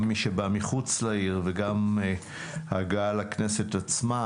גם מי שבא מחוץ לעיר וגם הגעה לכנסת עצמה